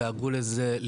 דאגו לזה,